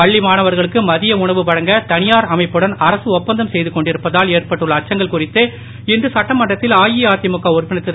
பள்ளி மாணவர்களுக்கு மதிய உணவு வழங்க தனியார் அமைப்புடன் அரசு ஒப்பந்தம் செய்து கொண்டிருப்பதால் ஏற்பட்டுள்ள அச்சங்கள் குறித்து இன்று சட்டமன்றத்தில் அஇஅதிமுக உறுப்பினர் திரு